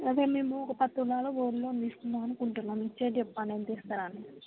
అది మేము ఒక పది తులాలు గోల్డ్ లోన్ తీసుకుందాం అనుకుంటున్నాము ఇచ్చేది చెప్పండి ఎంత ఇస్తారని